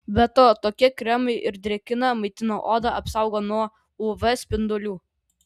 be to tokie kremai ir drėkina maitina odą apsaugo nuo uv spindulių